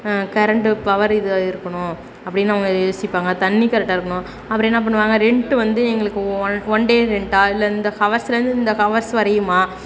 current power இதாக இருக்கணும் அப்படின்னு அவங்க யோசிப்பாங்க தண்ணி கரெக்டாக இருக்கணும் அப்புறம் என்ன பண்ணுவாங்க ரென்ட்டு வந்து எங்களுக்கு ஒன் ஒன் டே ரென்ட்டாக இல்லை இந்த ஹவர்ஸ்லேருந்து இந்த ஹவர்ஸ் வரையுமா